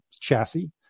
chassis